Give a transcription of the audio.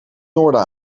noorden